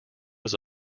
was